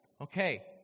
okay